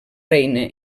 reina